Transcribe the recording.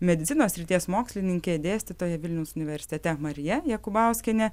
medicinos srities mokslininkė dėstytoja vilniaus universitete marija jakubauskienė